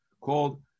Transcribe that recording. called